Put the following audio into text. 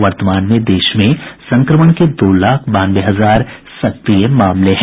वर्तमान में देश में संक्रमण के दो लाख बानवे हजार सक्रिय मामले हैं